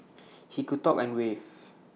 he could talk and wave